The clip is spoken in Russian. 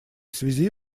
связи